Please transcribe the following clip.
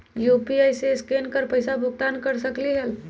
UPI से scan कर पईसा भुगतान कर सकलीहल?